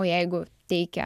o jeigu teikia